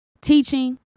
Teaching